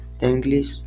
English